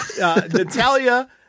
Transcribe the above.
Natalia